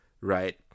right